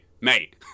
mate